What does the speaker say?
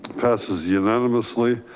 passes unanimously.